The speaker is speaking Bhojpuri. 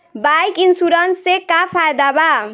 बाइक इन्शुरन्स से का फायदा बा?